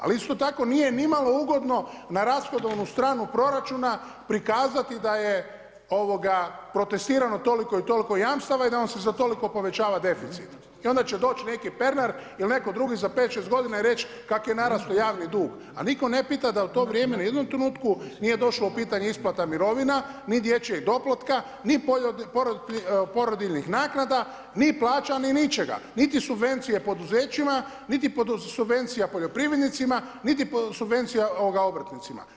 Ali isto tako nije nimalo ugodno na rashodovnu stranu proračuna prikazati da je protestirano toliko i toliko jamstava i da vam se za toliko povećava deficit i onda će doći neki Pernar ili netko drugi za 5, 6 godina i reći kako je narastao javni dug, a nitko ne pita da li u to vrijeme ni u jednom trenutku nije došlo u pitanje isplata mirovina, niti dječjeg doplatka, ni porodiljnih naknada, ni plaća, ni ničega, niti subvencije poduzećima, niti subvencija poljoprivrednicima, niti subvencija obrtnicima.